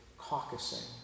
caucusing